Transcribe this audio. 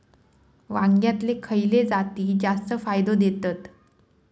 वांग्यातले खयले जाती जास्त फायदो देतत?